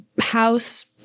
house